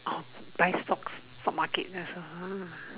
orh buy stocks stocks market that's all ah